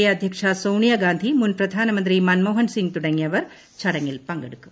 A അധ്യക്ഷ സോണിയ ഗാന്ധി മുൻ പ്രധാനമന്ത്രി മൻമോഹൻ സിംഗ് തുടങ്ങിയവർ ചടങ്ങിൽ പങ്കെടുക്കും